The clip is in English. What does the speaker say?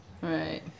Right